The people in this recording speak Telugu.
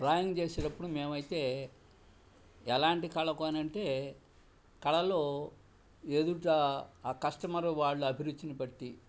డ్రాయింగ్ చేసేటప్పుడు మేమైతే ఎలాంటి కళతోనంటే కళలో ఎదుట ఆ కస్టమర్ వాళ్ళ అభిరుచిని పట్టి